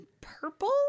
purple